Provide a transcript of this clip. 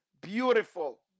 beautiful